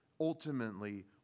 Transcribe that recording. ultimately